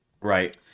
Right